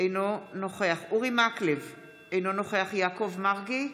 אינו נוכח אורי מקלב, אינו נוכח יעקב מרגי,